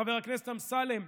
חבר הכנסת אמסלם,